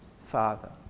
Father